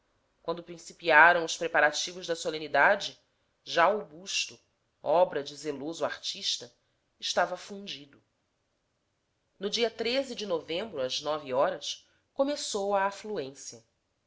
quando principiaram os preparativos da solenidade já o busto obra de zeloso artista estava fundido no dia de novembro às nove horas começou a afluência